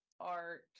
art